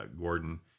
Gordon